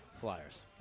Flyers